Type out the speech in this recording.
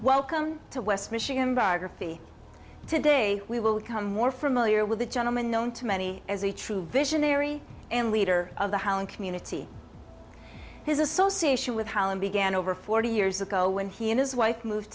welcome to west michigan biography today we will become more familiar with a gentleman known to many as a true visionary and leader of the hauen community his association with harlem began over forty years ago when he and his wife moved